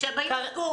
כשהן היו סגורות.